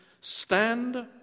stand